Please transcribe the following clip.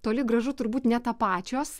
toli gražu turbūt netapačios